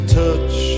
touch